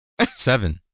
Seven